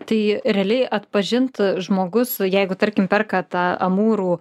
tai realiai atpažint žmogus jeigu tarkim perka tą amūrų